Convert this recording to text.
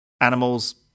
animals